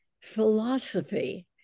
philosophy